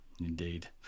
indeed